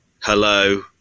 Hello